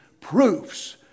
proofs